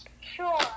Sure